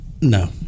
No